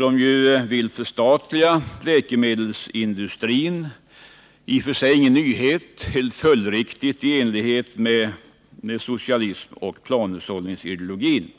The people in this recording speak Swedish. Man vill förstatliga läkemedelsindustrin — i och för sig ingen nyhet — helt följdriktigt i enlighet med ideologin om socialism och planhushållning.